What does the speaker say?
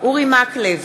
אורי מקלב,